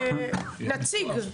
נציג.